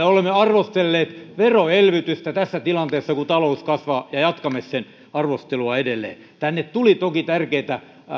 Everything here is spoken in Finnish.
olemme arvostelleet veroelvytystä tässä tilanteessa kun talous kasvaa ja jatkamme sen arvostelua edelleen tänne tuli toki tärkeitä